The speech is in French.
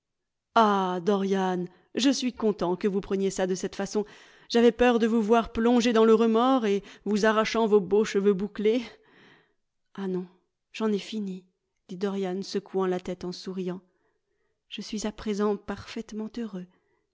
dorian je suis content que vous preniez ça de cette façon j'avais peur de vous voir plongé dans le remords et vous arrachant vos beaux cheveux bouclés ah non j'en ai fini dit dorian secouant la tête en souriant je suis à présent parfaitement heureux